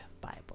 Bible